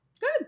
Good